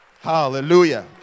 Hallelujah